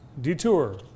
Detour